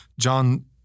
John